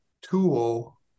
tool